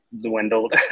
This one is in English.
dwindled